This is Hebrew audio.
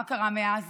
מה קרה מאז?